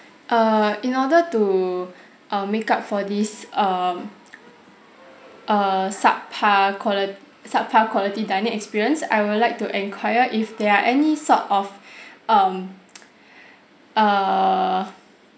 err in order to uh make up for this um err subpar quali~ subpar quality dining experience I would like to enquire if there are any sort of um err